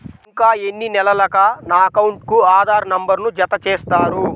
ఇంకా ఎన్ని నెలలక నా అకౌంట్కు ఆధార్ నంబర్ను జత చేస్తారు?